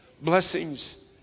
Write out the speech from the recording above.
blessings